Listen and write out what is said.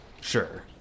sure